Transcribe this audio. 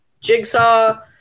Jigsaw